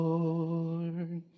Lord